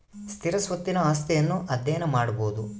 ಸ್ಥಿರ ಸ್ವತ್ತಿನ ಆಸ್ತಿಯನ್ನು ಅಧ್ಯಯನ ಮಾಡಬೊದು